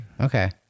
Okay